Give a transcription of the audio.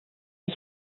ich